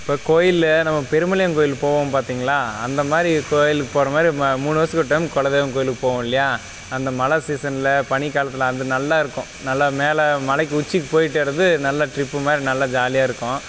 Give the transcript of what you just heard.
இப்போ கோயிலில் நம்ம பெருமலையான் கோயில் போவோம் பார்த்திங்களா அந்த மாதிரி கோயிலுக்கு போகற மாதிரி ம மூணு வருஷத்துக்கு ஒரு டைம் குல தெய்வம் கோயிலுக்கு போவோம் இல்லையா அந்த மழை சீசனில் பனிக்காலத்தில் அது நல்லா இருக்கும் நல்லா மேலே மலைக்கு உச்சிக்கு போயிவிட்டு வரது நல்லா ட்ரிப்பு மாதிரி நல்ல ஜாலியாக இருக்கும்